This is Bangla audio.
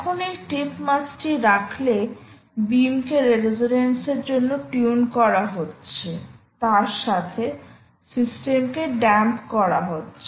এখনএই টিপ মাসটি রাখলে বিমকে রেজোন্যান্স এর জন্য টিউন করা হচ্ছে তার সাথে সিস্টেমকে দেম্প করা হচ্ছে